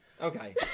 Okay